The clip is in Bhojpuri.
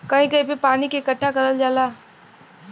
कहीं कहीं पे पानी के इकट्ठा करल जाला